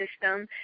system